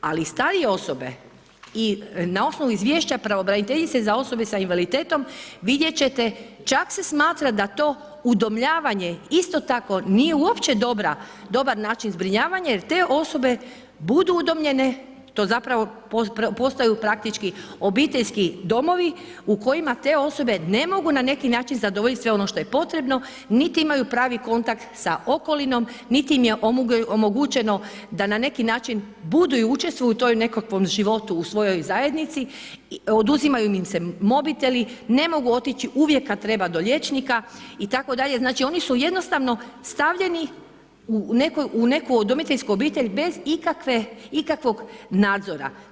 A i starije osobe i na osnovu izvješća pravobraniteljice za osobe sa invaliditetom, vidjet ćete, čak se smatra da to udomljavanje isto tako nije uopće dobar način zbrinjavanja jer te osobe budu udomljene, to zapravo postaju praktički obiteljski domovi u kojima te osobe ne mogu na neki način zadovoljiti sve ono što je potrebno niti imaju pravi kontakt sa okolinom niti im je omogućeno da na neki način budu i učestvuju u tom nekakvom životu u svojoj zajednici, oduzimaju im se mobiteli, ne mogu otići uvijek kad treba do liječnika itd., znači oni su jednostavno stavljeni u neku udomiteljsku obitelj bez ikakvog nadzora.